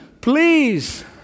Please